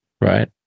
right